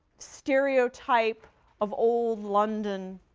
stereotype of old london,